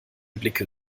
blicke